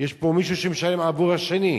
יש פה מישהו שמשלם עבור השני.